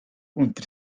unter